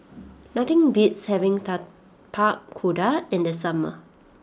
nothing beats having Tapak Kuda in the summer